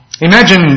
Imagine